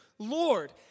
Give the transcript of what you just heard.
Lord